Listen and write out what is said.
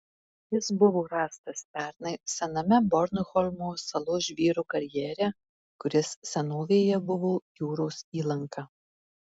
jis buvo rastas pernai sename bornholmo salos žvyro karjere kuris senovėje buvo jūros įlanka